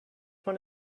one